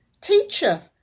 Teacher